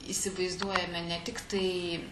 įsivaizduojame ne tik tai